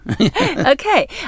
Okay